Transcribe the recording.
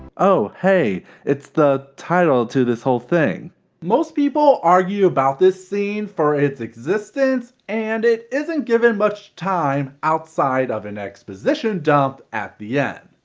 oh hey it's the title to this whole thing most people argue about this scene for its existence and it isn't given much time outside of an exposition dump at the end.